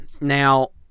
Now